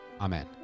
Amen